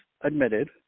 admitted